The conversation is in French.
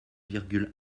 virgule